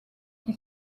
qui